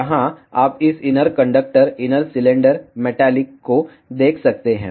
यहां आप इस inner conductor inner cylinder metallic को देख सकते हैं